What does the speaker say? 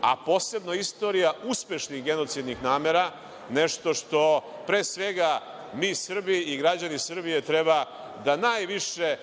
a posebno istorija uspešnih genocidnih namera nešto što, pre svega, mi Srbi i građani Srbije treba da